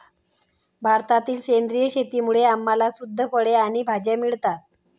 भारतातील सेंद्रिय शेतीमुळे आम्हाला शुद्ध फळे आणि भाज्या मिळतात